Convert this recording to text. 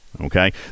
Okay